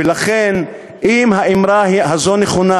ולכן, אם האמרה הזו נכונה,